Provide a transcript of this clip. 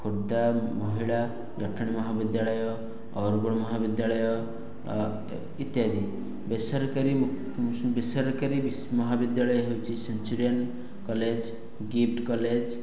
ଖୋର୍ଦ୍ଧା ମହିଳା ଜଟଣୀ ମହାବିଦ୍ୟାଳୟ ଅରୁଗୁଳ ମହାବିଦ୍ୟାଳୟ ଇତ୍ୟାଦି ବେସରକାରୀ ବେସରକାରୀ ମହାବିଦ୍ୟାଳୟ ହେଉଛି ସେଞ୍ଚୁରିଆନ୍ କଲେଜ୍ ଗିଫ୍ଟ୍ କଲେଜ୍